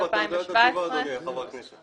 2017. אתה יודע את התשובה אדוני חבר הכנסת.